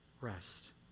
rest